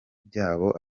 byabo